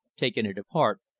taken it apart,